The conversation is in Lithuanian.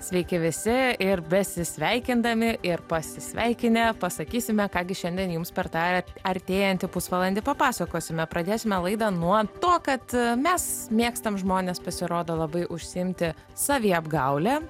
sveiki visi ir besisveikindami ir pasisveikinę pasakysime ką gi šiandien jums per tą artėjantį pusvalandį papasakosime pradėsime laidą nuo to kad mes mėgstam žmonės pasirodo labai užsiimti saviapgaule